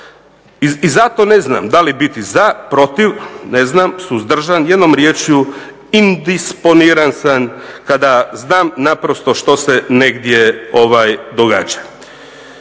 I zato ne znam da li biti za, protiv, ne znam suzdržan. Jednom riječju indisponiran sam kada znam naprosto što se negdje događa.